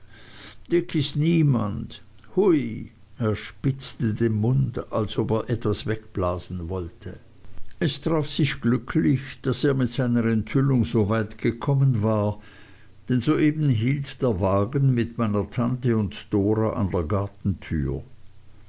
ist niemand hui er spitzte den mund als ob er etwas wegblasen wollte es traf sich glücklich daß er mit seiner enthüllung so weit gekommen war denn soeben hielt der wagen mit meiner tante und dora an der gartentüre